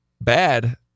bad